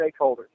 stakeholders